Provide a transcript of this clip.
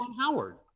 Howard